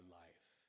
life